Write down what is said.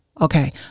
Okay